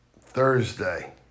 Thursday